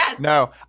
no